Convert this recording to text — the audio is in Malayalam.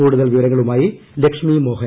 കൂടുതൽ വിവരങ്ങളുമായിലക്ഷ്മി മോഹൻ